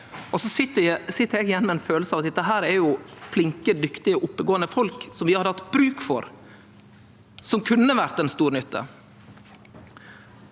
eg sit igjen med ein følelse av at dette jo er flinke, dyktige og oppegåande folk som vi hadde hatt bruk for, og som kunne ha vore til stor nytte.